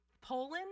Poland